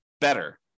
better